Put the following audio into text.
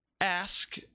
ask